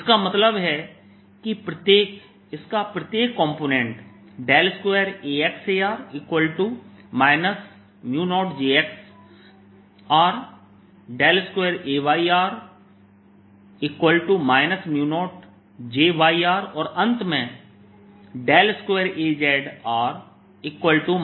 इसका मतलब यह है कि इसका प्रत्येक कॉम्पोनेंट 2Axr 0jx 2Ayr 0jyऔर अंत में 2Azr 0jz के बराबर है